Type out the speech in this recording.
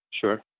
Sure